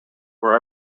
were